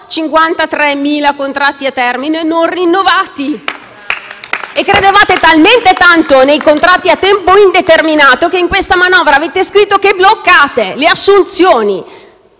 53.000 contratti a termine non rinnovati. *(Applausi dal Gruppo FI-BP)*. Credevate talmente tanto nei contratti a tempo indeterminato che in questa manovra avete scritto che bloccate le assunzioni